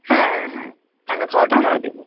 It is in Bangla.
হ্যাঁ হ্যাঁ হ্যাঁ থাকা খাওয়াটা আমরা দেবো